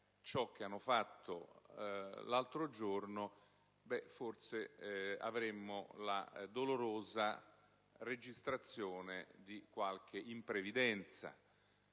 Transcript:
ciò che hanno fatto l'altro giorno, forse avremmo la dolorosa registrazione di qualche imprevidenza: